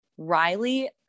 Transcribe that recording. Riley